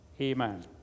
amen